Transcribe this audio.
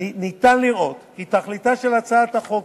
אפשר לראות כי תכליתה של הצעת החוק